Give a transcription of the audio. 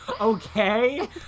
okay